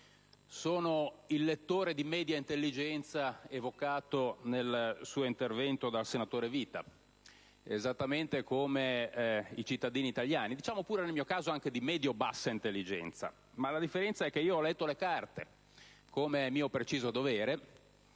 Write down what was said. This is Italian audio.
sono il lettore di media intelligenza evocato nel suo intervento dal senatore Vita, esattamente come i cittadini italiani. Diciamo pure, nel mio caso, di medio-bassa intelligenza. La differenza è che io ho letto le carte, come è mio preciso dovere